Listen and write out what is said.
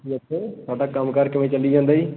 ਜੀ ਦੱਸੋ ਤੁਹਾਡਾ ਕੰਮ ਕਾਰ ਕਿਵੇਂ ਚੱਲੀ ਜਾਂਦਾ ਜੀ